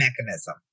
mechanism